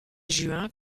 juin